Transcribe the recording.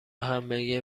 همبرگر